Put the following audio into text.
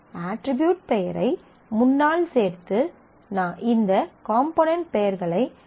attribute பெயரை முன்னால் சேர்த்து இந்த காம்போனென்ட் பெயர்களை நாம் யூனிஃக் ஆக்குகிறோம்